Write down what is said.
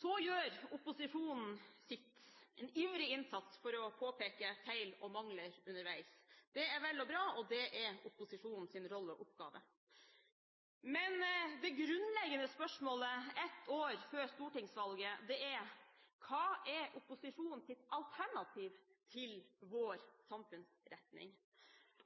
Så gjør opposisjonen en ivrig innsats for å påpeke feil og mangler underveis. Det er vel og bra, og det er opposisjonens rolle og oppgave. Men det grunnleggende spørsmålet ett år før stortingsvalget er: Hva er opposisjonens alternativ til vår samfunnsretning?